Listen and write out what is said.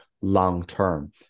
long-term